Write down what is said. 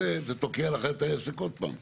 זה תוקע לך את העסק עוד פעם.